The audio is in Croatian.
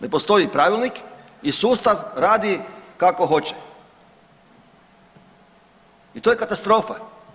Ne postoji pravilnik i sustav radi kako hoće i to je katastrofa.